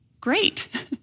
great